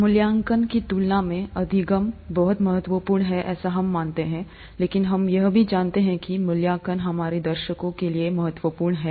मूल्यांकन की तुलना में अधिगम बहुत महत्वपूर्ण है ऐसा हम मानते हैं लेकिन हम यह भी जानते हैं कि मूल्यांकन हमारे दर्शकों के लिए महत्वपूर्ण है